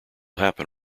happen